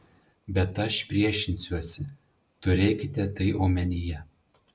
bet aš priešinsiuosi turėkite tai omenyje